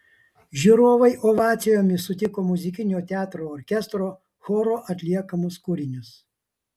žiūrovai ovacijomis sutiko muzikinio teatro orkestro choro atliekamus kūrinius